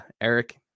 Eric